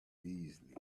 easily